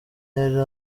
yari